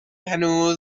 هنوز